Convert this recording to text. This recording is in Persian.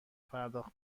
پرداخت